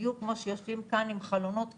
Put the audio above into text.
בדיוק כמו שיושבים כאן עם חלונות כאלה,